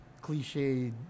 cliche